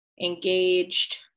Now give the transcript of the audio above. engaged